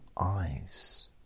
eyes